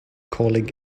calling